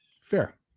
Fair